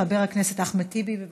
חבר הכנסת אחמד טיבי, בבקשה.